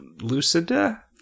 Lucida